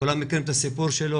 כולם מכירים את הסיפור שלו.